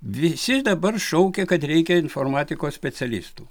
visi dabar šaukia kad reikia informatikos specialistų